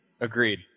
Agreed